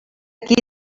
qui